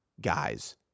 guys